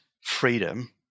freedom